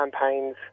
campaigns